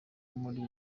muri